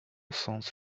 songs